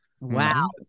Wow